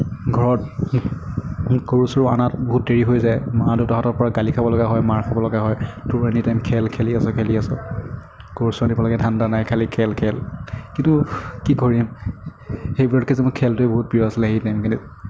ঘৰত গৰু চৰু অনাত বহুত দেৰি হৈ যায় মা দেতাহঁতৰপৰা গালি খাবলগা হয় মাৰ খাবলগা হয় তোৰ এনি টাইম খেলি খেলি আছ খেলি আছ গৰু চৰু আনিব লাগে ধান্দা নাই খালী খেল খেল কিন্তু কি কৰিম সেইবোৰতকৈ যে মোৰ খেলটোৱেই বহুত প্ৰিয় আছিল সেই টাইমখিনিত